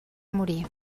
morir